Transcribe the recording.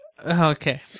Okay